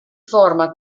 forma